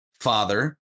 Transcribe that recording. father